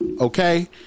okay